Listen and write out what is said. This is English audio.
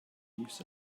leaves